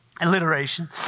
alliteration